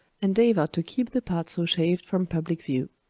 endeavor to keep the part so shaved from public view.